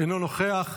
אינו נוכח.